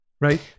right